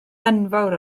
enfawr